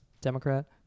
Democrat